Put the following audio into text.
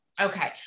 Okay